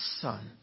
son